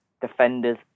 defenders